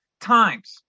times